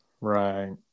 Right